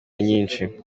nyinshi